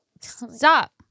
Stop